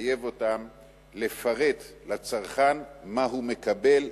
שמחייב אותם לפרט לצרכן מה הוא מקבל,